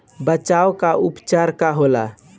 बचाव व उपचार का होखेला?